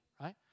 right